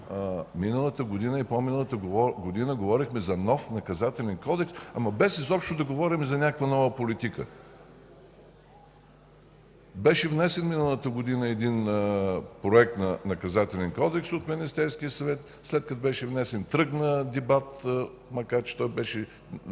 Миналата и по миналата година говорехме за нов Наказателен кодекс, ама без изобщо да говорим за някаква нова политика. Беше внесен миналата година един проект за Наказателен кодекс от Министерския съвет. След като беше внесен – тръгна дебат, макар че Народното